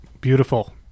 Beautiful